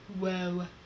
Whoa